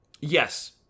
Yes